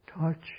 touch